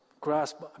grasp